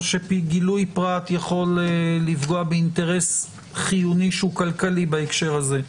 שגילויי פרט יכול לפגוע באינטרס חיוני שהוא כלכלי בהקשר הזה.